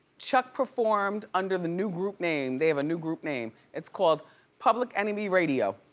chuck performed under the new group name. they have a new group name. it's called public enemy radio.